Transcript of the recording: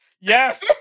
Yes